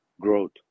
growth